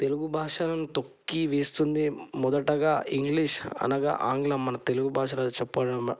తెలుగు భాషను తొక్కి వేస్తుంది మొదటగా ఇంగ్లీష్ అనగా ఆంగ్లము మన తెలుగు భాషలో చెప్పడం చెప్పడం